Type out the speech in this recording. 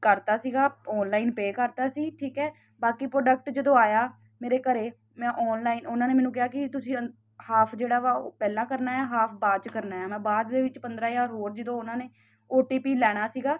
ਕਰਦਾ ਸੀਗਾ online pay ਕਰਦਾ ਸੀ ਠੀਕ ਐ ਬਾਕੀ ਪ੍ਰੋਡਕਟ ਜਦੋਂ ਆਇਆ ਮੇਰੇ ਘਰੇ ਮੈਂ ਆਨਲਾਈਨ ਉਹਨਾਂ ਨੇ ਮੈਨੂੰ ਕਿਹਾ ਕਿ ਤੁਸੀਂ ਹਾਫ ਜਿਹੜਾ ਵਾ ਪਹਿਲਾਂ ਕਰਨਾ ਹਾਫ ਬਾਦ ਚ ਕਰਨਾ ਮੈਂ ਬਾਅਦ ਦੇ ਵਿੱਚ ਪੰਦਰਾਂ ਹਜ਼ਾਰ ਹੋਰ ਜਦੋਂ ਉਹਨਾਂ ਨੇ ਓ ਟੀ ਪੀ ਲੈਣਾ ਸੀਗਾ